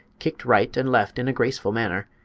kicked right and left in a graceful manner,